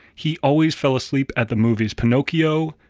he always fell asleep at the movies, pinocchio,